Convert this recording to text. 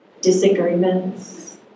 disagreements